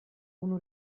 unu